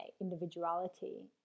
individuality